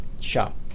shop